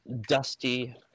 dusty